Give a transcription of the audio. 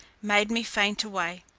made me faint away.